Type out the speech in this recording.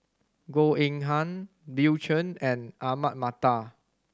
Goh Eng Han Bill Chen and Ahmad Mattar